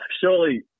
Surely